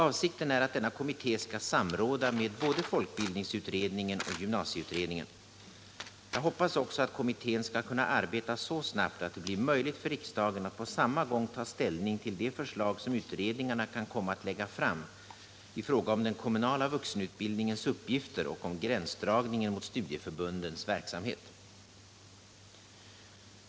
Avsikten är att denna kommitté skall samråda med både folkbildningsutredningen och gymnasieutredningen. Jag hoppas också att kommittén skall kunna arbeta så snabbt att det blir möjligt för riksdagen att på samma gång ta ställning till de förslag som utredningarna kan komma att lägga fram i fråga om den kommunala vuxenutbildningens uppgifter och om gränsdragningen mot studieförbundens verksamhet.